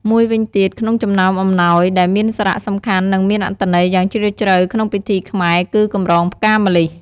មួយវិញទៀតក្នុងចំណោមអំណោយដែលមានសារសំខាន់និងមានអត្ថន័យយ៉ាងជ្រាលជ្រៅក្នុងពិធីខ្មែរ គឺ កម្រងផ្កាម្លិះ ។